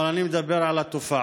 אבל אני מדבר על התופעה.